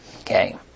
Okay